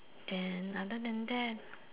then other than that